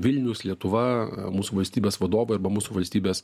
vilnius lietuva mūsų valstybės vadovai arba mūsų valstybės